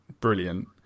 brilliant